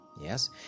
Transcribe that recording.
Yes